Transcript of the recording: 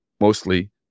mostly